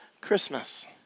Christmas